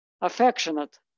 affectionate